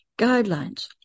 guidelines